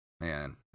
Man